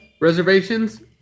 reservations